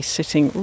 sitting